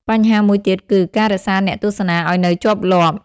បញ្ហាមួយទៀតគឺ ការរក្សាអ្នកទស្សនាឲ្យនៅជាប់លាប់។